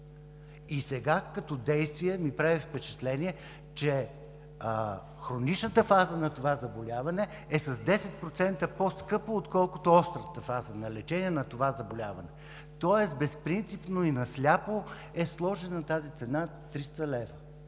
И сега ми прави впечатление, че хроничната фаза на това заболяване е с 10% по-скъпо, отколкото острата фаза на лечение на това заболяване. Тоест безпринципно и на сляпо е сложена тази цена – 300 лв.,